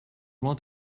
want